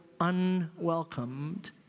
unwelcomed